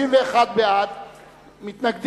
בבקשה.